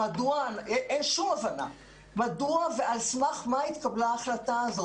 אין שום הבנה מדוע ועל סמך מה התקבלה ההחלטה הזאת.